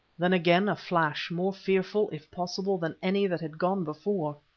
then again a flash, more fearful, if possible, than any that had gone before.